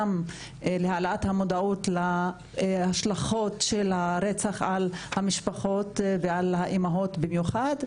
גם להעלאת המודעות להשלכות של הרצח על המשפחות ועל האימהות במיוחד,